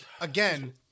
again